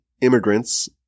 immigrants